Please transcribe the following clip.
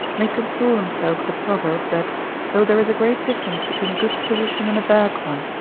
may console himself the proverb, that though there is a great difference between a good physician and a bad one,